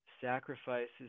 sacrifices